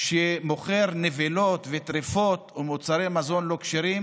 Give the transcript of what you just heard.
שהוא מוכר נבלות וטרפות ומוצרי מזון לא כשרים.